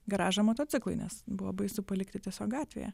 garažą motociklui nes buvo baisu palikti tiesiog gatvėje